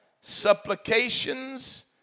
supplications